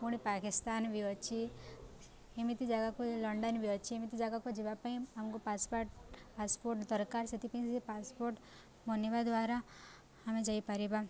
ପୁଣି ପାକିସ୍ତାନ ବି ଅଛି ଏମିତି ଜାଗାକୁ ଲଣ୍ଡନ ବି ଅଛି ଏମିତି ଜାଗାକୁ ଯିବା ପାଇଁ ଆମକୁ ପାସପାର୍ଟ ପାସପୋର୍ଟ ଦରକାର ସେଥିପାଇଁ ସେ ପାସପୋର୍ଟ ବନେଇିବା ଦ୍ୱାରା ଆମେ ଯାଇପାରିବା